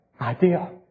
idea